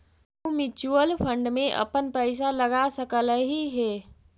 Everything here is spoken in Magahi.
तु म्यूचूअल फंड में अपन पईसा लगा सकलहीं हे